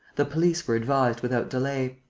the police were advised without delay.